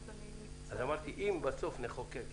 אמרתי "אם בסוף נחוקק".